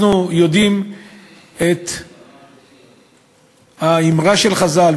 אנחנו יודעים את האמרה של חז"ל,